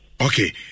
Okay